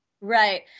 Right